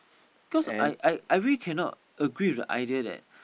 because I I really cannot agree with the idea that